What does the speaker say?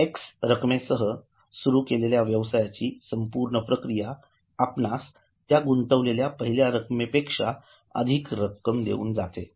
x रक्कमेसह सुरु'केलेल्या व्यवसायाची संपूर्ण प्रक्रिया आपणास त्या गुंतविलेल्या पहिल्या रकमेपेक्षा अधिक रक्कम देऊन जाते